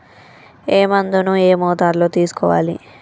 ఏ మందును ఏ మోతాదులో తీసుకోవాలి?